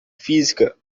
física